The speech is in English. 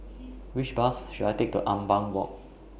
Which Bus should I Take to Ampang Walk